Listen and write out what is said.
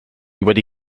wedi